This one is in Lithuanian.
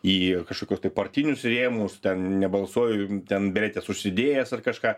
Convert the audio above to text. į kažkokius tai partinius rėmus ten nebalsuoju ten beretės užsidėjęs ar kažką